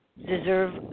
Deserve